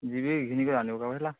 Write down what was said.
ଯିବି ଘିନିକରି ଆଣ୍ମ ହେଲା